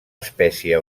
espècie